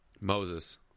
Moses